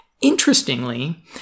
Interestingly